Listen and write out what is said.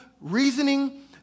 reasoning